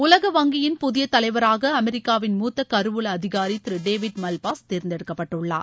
உலக வங்கியின் புதிய தலைவராக அமெரிக்காவின் மூத்த கருவூல அதிகாரி திரு டேவிட் மல்பாஸ் தேர்ந்தெடுக்கப்பட்டுள்ளார்